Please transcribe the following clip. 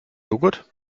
joghurt